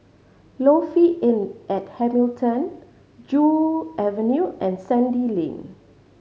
Lofi Inn at Hamilton Joo Avenue and Sandy Lane